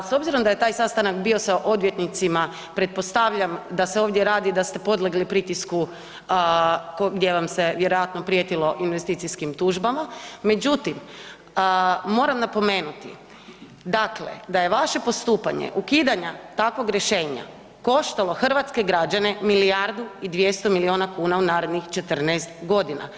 S obzirom da je taj sastanak bio sa odvjetnicima pretpostavljam da se ovdje radi da ste podlegli pritisku gdje vam se vjerojatno prijetilo investicijskim tužbama, međutim moram napomenuti dakle da je vaše postupanje ukidanja takvog rješenja koštalo hrvatske građane milijardu i 200 miliona kuna u narednih 14 godina.